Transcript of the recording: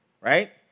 right